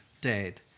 dead